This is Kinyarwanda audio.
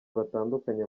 batandukanye